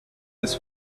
his